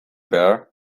barre